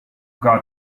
got